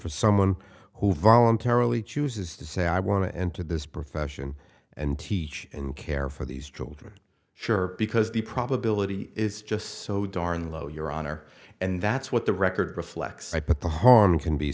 for someone who voluntarily chooses to say i want to and to this profession and teach and care for these children sure because the probability is just so darn low your honor and that's what the record reflects i put the harm can be